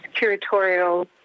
curatorial